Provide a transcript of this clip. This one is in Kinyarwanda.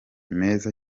meza